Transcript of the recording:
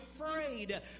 afraid